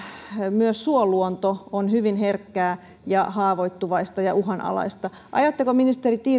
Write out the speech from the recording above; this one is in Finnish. myös suoluonto on hyvin herkkää ja haavoittuvaista ja uhanalaista aiotteko ministeri